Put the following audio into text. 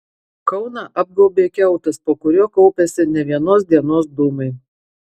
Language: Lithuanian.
kauną apgaubė kiautas po kuriuo kaupiasi ne vienos dienos dūmai